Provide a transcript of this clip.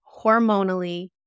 hormonally